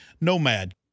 Nomad